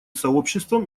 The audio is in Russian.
сообществом